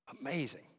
Amazing